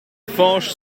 fañch